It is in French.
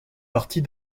partie